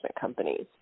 companies